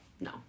no